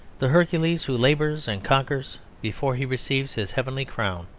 the hercules who labours and conquers before he receives his heavenly crown.